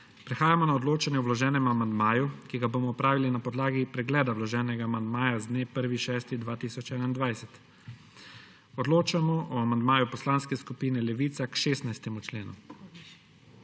Prehajamo na odločanje o vloženem amandmaju, ki ga bomo opravili na podlagi pregleda vloženega amandmaja z dne 1. 6. 2021. Odločamo o amandmaju poslanske skupine Levica k 16. členu.